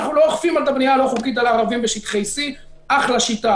אנחנו לא אוכפים על הבנייה הלא חוקית על ערבים בשטחי C. אחלה שיטה.